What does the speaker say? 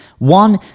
One